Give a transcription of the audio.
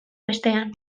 bestean